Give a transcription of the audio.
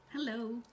Hello